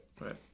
Right